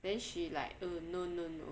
then she like uh no no no